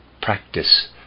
practice